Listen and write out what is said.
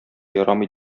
ярамый